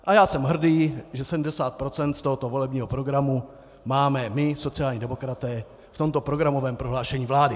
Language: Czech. A já jsem hrdý, že 70 % z tohoto volebního programu máme my, sociální demokraté, v tomto programovém prohlášení vlády.